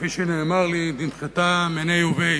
כפי שנאמר לי, היא נמחתה מיניה וביה,